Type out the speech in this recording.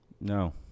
No